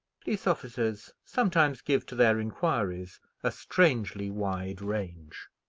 police officers sometimes give to their inquiries a strangely wide range.